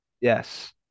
Yes